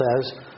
says